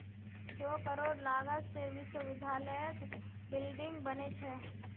सौ करोड़ लागत से विश्वविद्यालयत बिल्डिंग बने छे